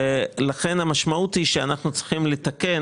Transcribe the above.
לכן המשמעות היא שאנחנו צריכים לתקן